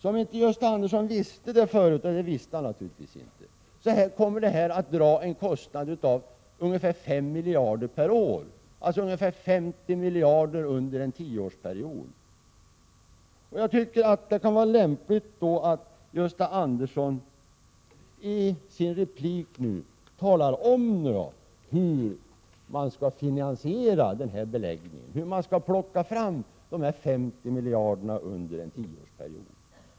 Om inte Gösta Andersson visste det tidigare — och det gjorde han naturligtvis inte — kan jag berätta att detta kommer att kosta ungefär 5 miljarder kronor per år, alltså ungefär 50 miljarder under en tioårsperiod. Det kan vara lämpligt att Gösta Andersson i sin replik talar om hur denna beläggning skall finansieras, varifrån dessa 50 miljarder under tio år skall tas.